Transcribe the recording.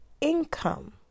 income